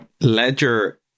Ledger